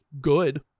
good